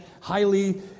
highly